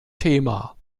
thema